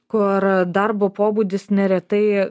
kur darbo pobūdis neretai